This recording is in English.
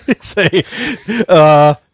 Say